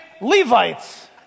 Levites